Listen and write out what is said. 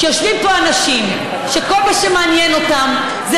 שיושבים פה אנשים שכל מה שמעניין אותם זה